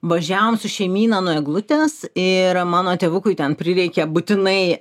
važiavom su šeimyna nuo eglutės ir mano tėvukui ten prireikė būtinai